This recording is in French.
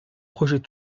projets